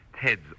Ted's